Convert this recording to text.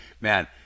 man